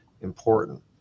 important